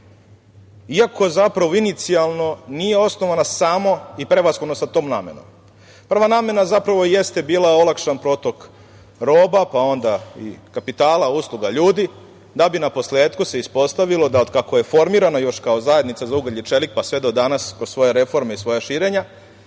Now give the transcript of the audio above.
iako, zapravo, inicijalno nije osnovana samo i prevashodno sa tom namenom. Prva namena zapravo jeste bila olakšan protok roba, pa onda i kapitala, usluga, ljudi, da bi se naposletku ispostavilo da od kako je formirana još kao Zajednica za ugalj i čelik, pa sve do danas do svoje reforme i svojeg širenja,